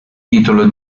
titolo